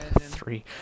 Three